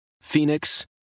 Phoenix